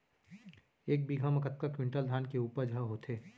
एक बीघा म कतका क्विंटल धान के उपज ह होथे?